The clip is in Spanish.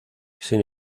sin